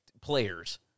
players